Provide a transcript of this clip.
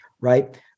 right